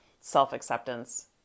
self-acceptance